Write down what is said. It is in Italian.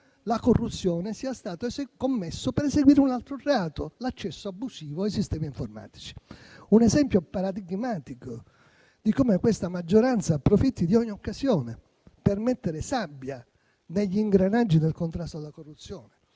la corruzione, sia stato commesso per eseguire un altro reato, l'accesso abusivo ai sistemi informatici. Un esempio paradigmatico di come questa maggioranza approfitti di ogni occasione per mettere sabbia negli ingranaggi del contrasto alla corruzione.